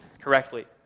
correctly